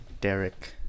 Derek